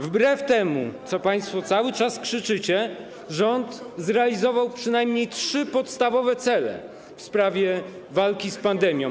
Wbrew temu, co państwo cały czas krzyczycie, rząd zrealizował przynajmniej trzy podstawowe cele w walce z pandemią.